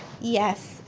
Yes